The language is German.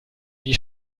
die